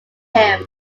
him